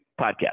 Podcast